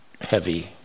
heavy